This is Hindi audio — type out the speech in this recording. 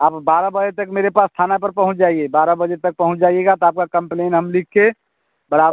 आप बारह बजे तक मेरे पास थाना पर पहुँच जाइए बारह बजे तक पहुँच जाइएगा तो आपका कंप्लेन हम लिख कर बढ़ा